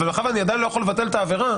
אבל מאחר שאני לא יכול לבטל את העבירה,